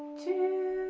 two,